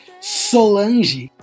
Solange